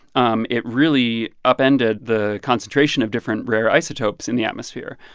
um it really upended the concentration of different rare isotopes in the atmosphere.